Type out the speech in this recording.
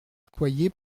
accoyer